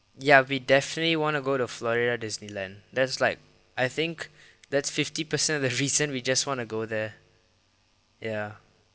ya we definitely want to go to florida disneyland that's like I think that's fifty percent of the reason we just want to go there ya